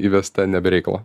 įvesta ne be reikalo